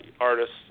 artists